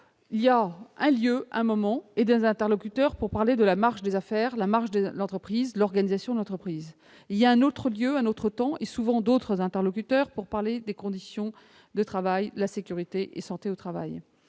il y a un lieu, un moment et des interlocuteurs pour parler de la marche des affaires, la marche de l'entreprise, l'organisation de l'entreprise ; il y a un autre lieu, un autre temps et souvent d'autres interlocuteurs pour parler des conditions de travail, de la sécurité et de la santé au travail